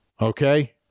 Okay